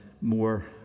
more